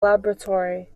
laboratory